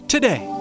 Today